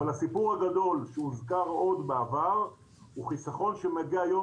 אבל הסיפור הגדול שהוזכר עוד בעבר הוא חיסכון שמגיע היום